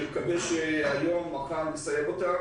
אני מקווה שהיום או מחר נסיים אותן.